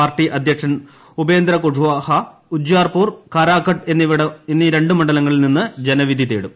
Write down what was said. party അദ്ധ്യക്ഷൻ ഉപേന്ദ്ര ഖുഷ്വാഹ ഉജ്ജ്യാർപൂർ കാരാഘട്ട് എന്നീ രണ്ട് മണ്ഡലങ്ങളിൽ നിന്ന് ജനവിധി തേടും